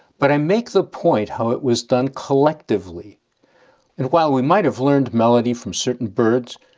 but i make the point how it was done collectively. and while we might have learned melody from certain birds,